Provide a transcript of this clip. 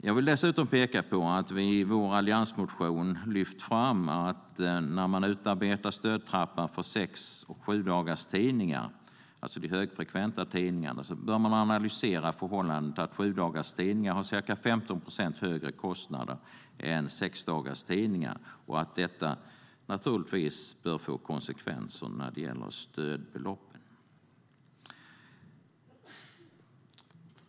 Jag vill dessutom peka på att vi i vår alliansmotion har lyft fram att när man utarbetar stödtrappan för sex och sjudagarstidningar, alltså de högfrekventa tidningarna, bör man analysera förhållandet att sjudagarstidningar har ca 15 procent högre kostnader än sexdagarstidningar och att detta bör få konsekvenser när det gäller stödbeloppet.